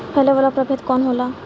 फैले वाला प्रभेद कौन होला?